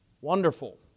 Wonderful